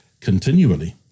continually